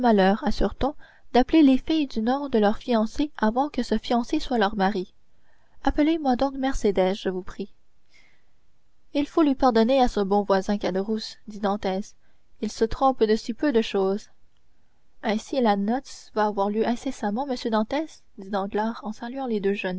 assure-t-on d'appeler les filles du nom de leur fiancé avant que ce fiancé soit leur mari appelez-moi donc mercédès je vous prie il faut lui pardonner à ce bon voisin caderousse dit dantès il se trompe de si peu de chose ainsi la noce va avoir lieu incessamment monsieur dantès dit danglars en saluant les deux jeunes